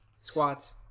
Squats